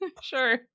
Sure